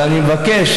אבל אני מבקש,